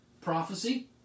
prophecy